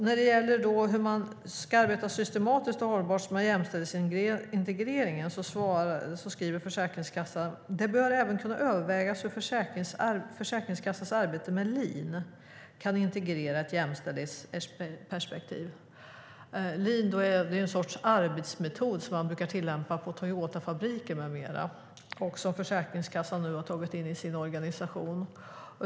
När det gäller hur man ska arbeta systematiskt och hållbart med jämställdhetsintegrering skriver Försäkringskassan: "Det bör även kunna övervägas hur Försäkringskassans arbete med lean kan integrera ett jämställdhetsperspektiv." Lean är en sorts arbetsmetod som man brukar tillämpa på Toyotafabriker med mera och som Försäkringskassan nu har tagit in i sin organisation.